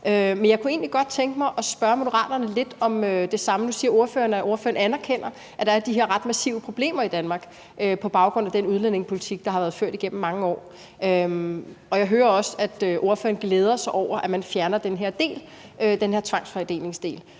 men jeg kunne egentlig godt tænke mig at spørge Moderaterne om noget. Nu siger ordføreren, at ordføreren anerkender, at der er de her ret massive problemer i Danmark på grund af den udlændingepolitik, der har været ført igennem mange år, og jeg hører også, at ordføreren glæder sig over, at man fjerner den her del, altså den her tvangsfordelingsdel.